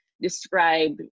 describe